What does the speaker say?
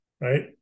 right